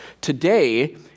Today